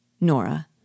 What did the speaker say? Nora